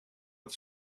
het